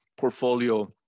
portfolio